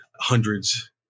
Hundreds